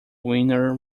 winner